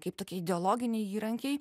kaip tokie ideologiniai įrankiai